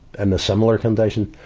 in a similar condition.